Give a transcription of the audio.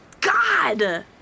god